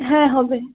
হ্যাঁ হবে